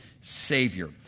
Savior